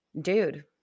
dude